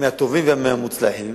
מהטובים והמוצלחים,